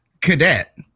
Cadet